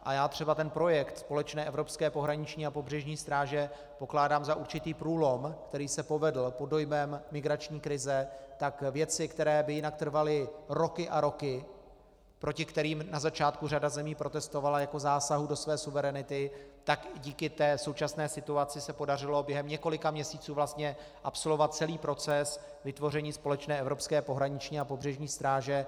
A já třeba ten projekt společné evropské pohraniční a pobřežní stráže pokládám za určitý průlom, který se povedl pod dojmem migrační krize, tak věci, které by jinak trvaly roky a roky, proti kterým na začátku řada zemí protestovala jako proti zásahu do své suverenity, tak díky té současné situaci se podařilo během několika měsíců vlastně absolvovat celý proces vytvoření společné evropské pobřežní a pohraniční stráže.